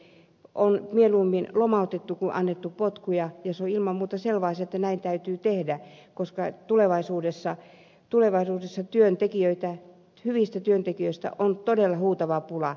on mieluummin lomautettu kuin annettu potkuja ja on ilman muuta selvä asia että näin täytyy tehdä koska tulevaisuudessa hyvistä työntekijöistä on todella huutava pula